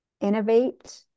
innovate